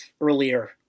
earlier